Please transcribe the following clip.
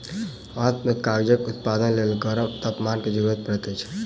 अंत में कागजक उत्पादनक लेल गरम तापमान के जरूरत पड़ैत अछि